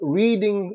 reading